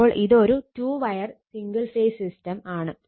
അപ്പോൾ ഇത് ഒരു two wire single phase system ആണ്